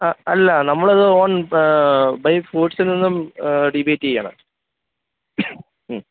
ആ അല്ല നമ്മളത് ഓൺ ബൈ ഫ്രൂട്സിൽനിന്നും ഡിബൈറ്റെയ്യാണ് മ്